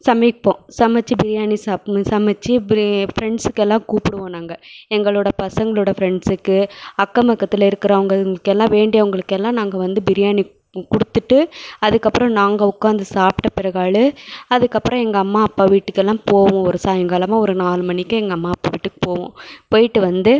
சமைப்போம் சமைச்சி பிரியாணி சாப்புடணும் சமைச்சி ப்ரி ஃப்ரெண்ட்ஸுக்கு எல்லாம் கூப்பிடுவோம் நாங்கள் எங்களோட பசங்களோட ப்ரெண்ட்ஸுக்கு அக்கம் பக்கத்தில் இருக்கிற அவங்கள்கெல்லாம் வேண்டியவுங்களுக்கு எல்லாம் நாங்க வந்து பிரியாணி கொடுத்துட்டு அதுக்கப்பறம் நாங்கள் உட்கார்ந்து சாப்பிட்ட பிறகால் அதுக்கப்பறம் எங்கள் அம்மா அப்பா வீட்டுக்கெல்லாம் போவோம் ஒரு சாயிங்காலமாக ஒரு நாலு மணிக்கு எங்கள் அம்மா அப்பா வீட்டுக்கு போவோம் போய்விட்டு வந்து